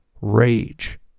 rage